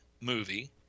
movie